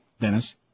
Dennis